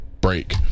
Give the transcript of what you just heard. break